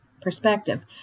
perspective